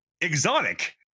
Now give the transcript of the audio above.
exotic